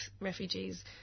refugees